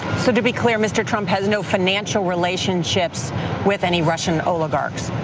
sort of be clear, mr. trump has no financial relationships with any russian oligarchs?